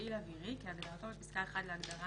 "מפעיל אווירי" כהגדרתו בפסקה (1) להגדרה